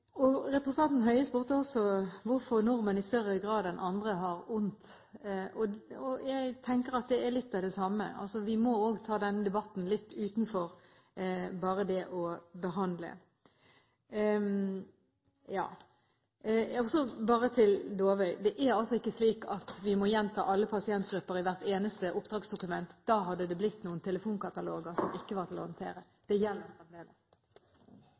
dette. Representanten Høie spurte også hvorfor nordmenn i større grad enn andre har vondt. Jeg tenker at det er litt av det samme. Vi må utvide denne debatten litt utover bare det å behandle. Bare litt til Dåvøy: Det er altså ikke slik at vi må gjenta alle pasientgrupper i hvert eneste oppdragsdokument. Da hadde det blitt noen telefonkataloger som ikke var til å håndtere. De gjelder